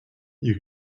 you